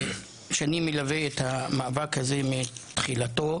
שאני מלווה את המאבק הזה מתחילתו,